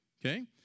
Okay